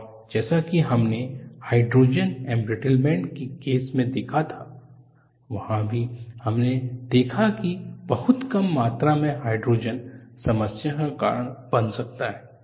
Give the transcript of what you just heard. और जैसा कि हमने हाइड्रोजन एंब्रिटलमेंट के केस में देखा था वहाँ भी हमने देखा कि बहुत कम मात्रा में हाइड्रोजन समस्या का कारण बन सकता है